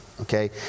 okay